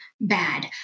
bad